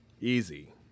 Easy